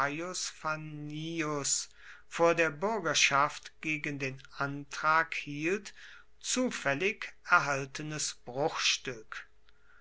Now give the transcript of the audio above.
vor der bürgerschaft gegen den antrag hielt zufällig erhaltenes bruchstück